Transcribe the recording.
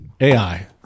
AI